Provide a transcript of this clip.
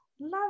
love